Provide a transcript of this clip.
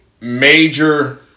major